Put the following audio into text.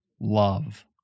love